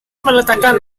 meletakkan